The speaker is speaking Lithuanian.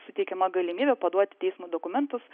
suteikiama galimybė paduoti teismui dokumentus